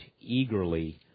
eagerly